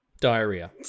Diarrhea